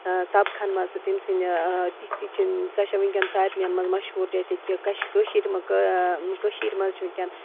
سَبقَن منٛز تہٕ تٔمۍ سٕنٛدِ تِتھۍ تِتھۍ چھِ سۄ چھِ وُنکٮ۪ن سارنِیَن منٛز مَشہوٗر جیسے کہِ کش کٲشِرِ منٛز کٔشیٖرِ منٛز چھِ وُنکٮ۪ن